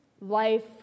life